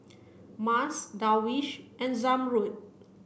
Mas Darwish and Zamrud